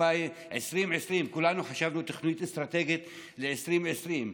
כולנו חשבנו שתוכנית אסטרטגית ל-2020,